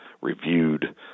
reviewed